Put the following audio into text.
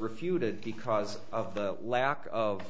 refuted because of the lack of